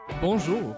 Bonjour